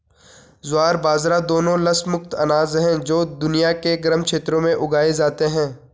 ज्वार बाजरा दोनों लस मुक्त अनाज हैं जो दुनिया के गर्म क्षेत्रों में उगाए जाते हैं